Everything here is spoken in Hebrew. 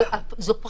ובכל זאת,